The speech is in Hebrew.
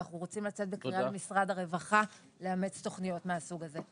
ואנחנו רוצים לצאת בקריאה למשרד הרווחה לאמץ תוכניות מהסוג הזה.